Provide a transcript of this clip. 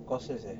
courses eh